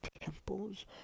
temples